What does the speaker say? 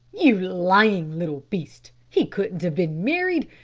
you lying little beast! he couldn't have been married!